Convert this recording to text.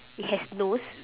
it has nose